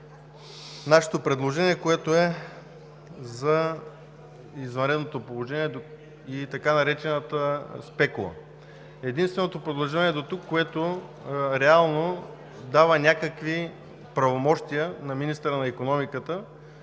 нашето предложение, което е за извънредното положение и така наречената спекула. Единственото предложение дотук, което реално дава някакви правомощия на министъра на икономиката